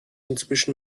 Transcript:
inzwischen